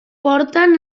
porten